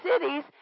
cities